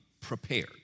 prepared